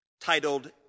titled